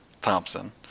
Thompson